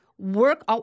work